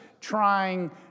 trying